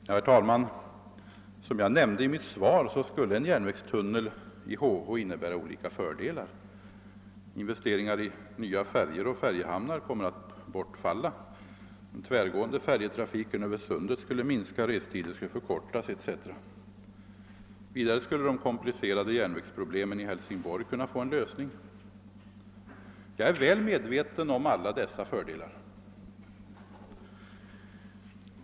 Herr talman! Som jag nämnde i mitt svar skulle en järnvägstunnel i läget Hälsingborg—Helsingör innebära olika fördelar: investeringar i nya färjor och färjehamnar kommer att bortfalla, den tvärgående färjetrafiken över Öresund skulle minska, restiden skulle förkortas etc. Vidare skulle de komplicerade järnvägsproblemen i Hälsingborg kunna få en lösning. Jag är väl medveten om alla dessa fördelar.